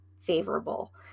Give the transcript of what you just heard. favorable